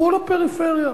לכו לפריפריה.